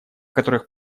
которых